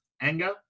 anger